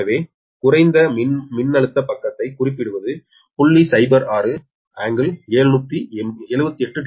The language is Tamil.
எனவே குறைந்த மின்னழுத்த பக்கத்தைக் குறிப்பிடுவது 0